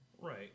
Right